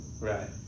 Right